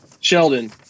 Sheldon